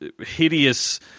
hideous